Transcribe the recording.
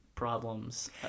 Problems